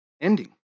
ending